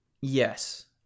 Yes